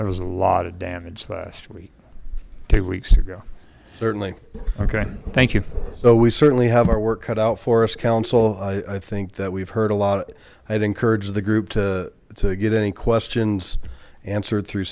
there was a lot of damage last week two weeks ago certainly okay thank you for so we certainly have our work cut out for us council i think that we've heard a lot i'd encouraged the group to to get any questions answered through